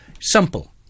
simple